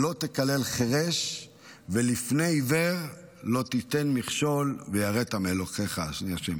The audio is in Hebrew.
"לא תקלל חרש ולפני עור לא תתן מכשל ויראת מאלהיך אני ה'".